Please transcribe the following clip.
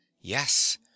yes